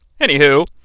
Anywho